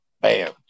Bam